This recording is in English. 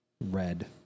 red